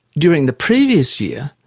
during the previous year,